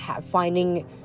finding